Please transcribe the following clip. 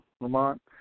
Lamont